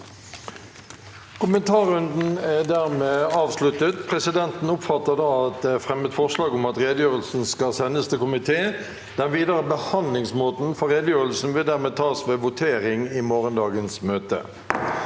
Kommentarrunden er der- med avsluttet. Presidenten oppfatter da at det er fremmet forslag om at redegjørelsen skal sendes til komité. Den videre behandlingsmåten for redegjørelsen vil dermed avgjøres ved votering i morgendagens møte.